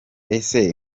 ese